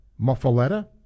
muffaletta